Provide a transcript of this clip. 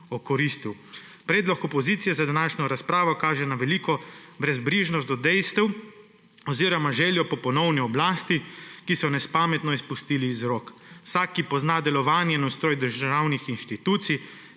okoristil. Predlog opozicije za današnjo razpravo kaže na veliko brezbrižnost do dejstev oziroma željo po ponovni oblasti, ki so jo nespametno izpustili iz rok. Vsak, ki pozna delovanje in ustroj državnih institucij,